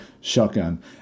shotgun